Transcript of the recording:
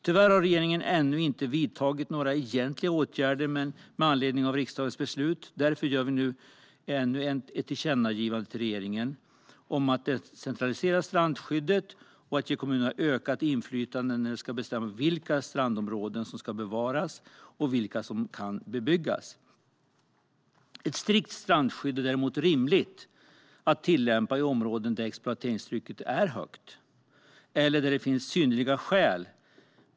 Tyvärr har regeringen ännu inte vidtagit några egentliga åtgärder med anledning av riksdagens beslut. Därför gör nu riksdagen ännu ett tillkännagivande till regeringen om att decentralisera strandskyddet och ge kommunerna ökat inflytande när det ska bestämmas vilka strandområden som ska bevaras och vilka som kan bebyggas. Ett strikt strandskydd är däremot rimligt att tillämpa i områden där exploateringstrycket är högt eller där det finns synnerliga skäl.